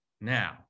now